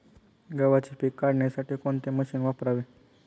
गव्हाचे पीक काढण्यासाठी कोणते मशीन वापरावे?